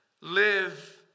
live